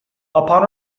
upon